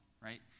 right